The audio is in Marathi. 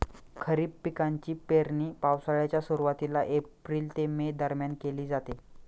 खरीप पिकांची पेरणी पावसाळ्याच्या सुरुवातीला एप्रिल ते मे दरम्यान केली जाते